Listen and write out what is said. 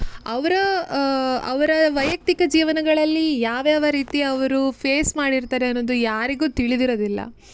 ಅವರ ಅವರ ವೈಯಕ್ತಿಕ ಜೀವನಗಳಲ್ಲಿ ಯಾವ ಯಾವ ರೀತಿ ಅವರು ಫೇಸ್ ಮಾಡಿರ್ತಾರೆ ಅನ್ನೋದು ಯಾರಿಗೂ ತಿಳಿದಿರೋದಿಲ್ಲ